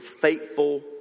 faithful